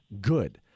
good